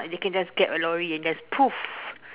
they can just grab a lorry and just poof